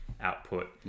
Output